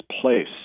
place